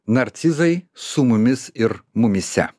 narcizai su mumis ir mumyse